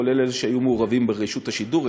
כולל אלה שהיו מעורבים ברשות השידור,